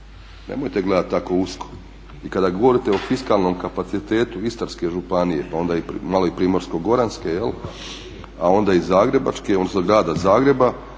Nemojte gledati tako usko. I kada govorite o fiskalnom kapacitetu Istarske županije, pa onda malo i Primorsko-goranske, a onda i Zagrebačke, odnosno grada Zagreba